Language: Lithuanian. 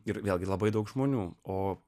ir vėlgi labai daug žmonių o